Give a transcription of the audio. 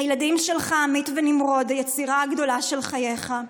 הילדים שלך, עמית ונמרוד, היצירה הגדולה של חייך,